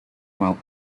while